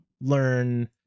learn